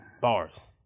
Bars